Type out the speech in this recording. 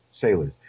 sailors